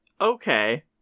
Okay